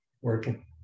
working